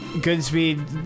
Goodspeed